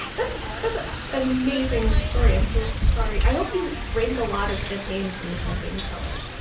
that's that's an amazing story. i'm so sorry. i hope you drink a lot of champagne from the champagne cellar.